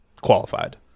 qualified